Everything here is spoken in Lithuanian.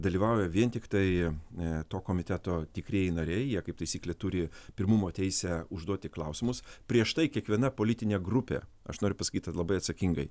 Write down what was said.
dalyvauja vien tiktai to komiteto tikrieji nariai jie kaip taisyklė turi pirmumo teisę užduoti klausimus prieš tai kiekviena politinė grupė aš noriu pasakyti labai atsakingai